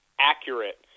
accurate